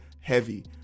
heavy